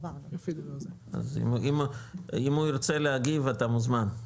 אז אם הוא ירצה להגיב אתה מוזמן.